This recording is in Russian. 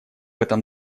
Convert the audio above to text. этом